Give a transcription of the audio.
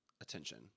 attention